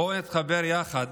בואו נתחבר יחד